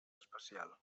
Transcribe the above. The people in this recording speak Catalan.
especial